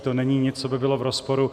To není nic, co by bylo v rozporu.